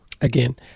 Again